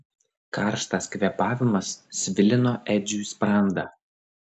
karštas kvėpavimas svilino edžiui sprandą